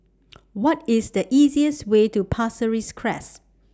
What IS The easiest Way to Pasir Ris Crest